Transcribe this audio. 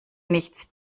nichts